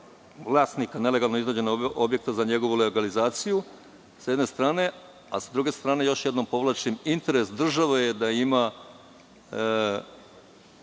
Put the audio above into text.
vlasnika nelegalno izgrađenog objekta za njegovu legalizaciju, sa jedne strane, a sa druge strane još jednom podvlačim, interes države je da ima